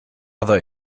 other